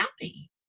happy